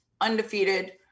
undefeated